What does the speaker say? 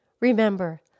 Remember